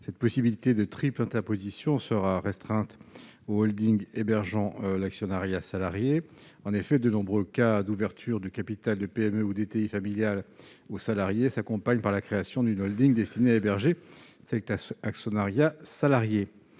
Cette possibilité de triple interposition serait néanmoins restreinte aux holdings hébergeant l'actionnariat salarié. En effet, de nombreux cas d'ouverture du capital de PME ou d'ETI familiales à leurs salariés s'accompagnent de la création d'une holding destinée à héberger cet actionnariat salarié.